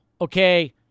okay